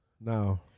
No